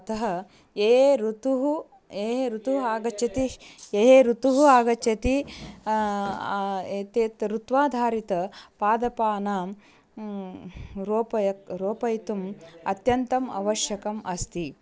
अतः ये ये ऋतवः ये ऋतवः आगच्छति ये ये ऋतवः आगच्छन्ति यत्यत् ऋत्वाधारितं पादपानां रोपयत् रोपयितुम् अत्यन्तम् आवश्यकम् अस्ति